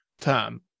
term